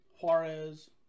Juarez